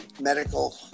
medical